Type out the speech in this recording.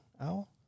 owl